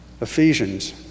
Ephesians